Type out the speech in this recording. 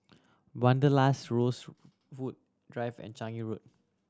Wanderlust Rosewood Drive and Changi Road